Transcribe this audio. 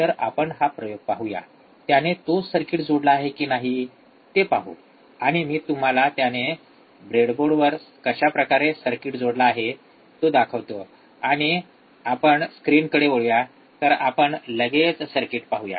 तर आपण हा प्रयोग पाहूया त्याने तोच सर्किट जोडला आहे की नाही ते पाहू आणि मी तुम्हाला त्याने ब्रेडबोर्डवर कशाप्रकारे सर्किट जोडलेला आहे तो दाखवतो आणि आपण स्क्रीनकडे वळूया तर आपण लगेच सर्किट पाहूया